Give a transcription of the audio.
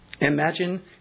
Imagine